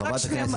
חברת הכנסת.